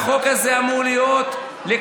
החוק הזה אמור להיות לכולם,